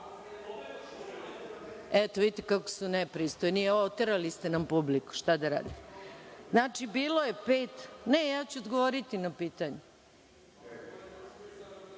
vidite kako ste nepristojni, oterali ste nam publiku, šta da radimo. Znači, bilo je pet, ne ja ću odgovoriti na pitanje.(Enis